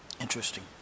Interesting